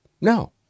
No